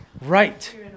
Right